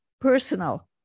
Personal